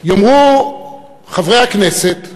יאמרו חברי הכנסת,